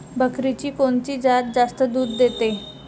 बकरीची कोनची जात जास्त दूध देते?